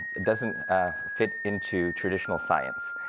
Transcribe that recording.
doesn't fit into traditional science.